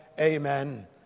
amen